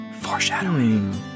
Foreshadowing